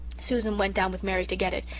susan went down with mary to get it,